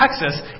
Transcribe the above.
Texas